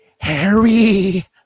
harry